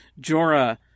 Jorah